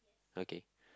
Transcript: okay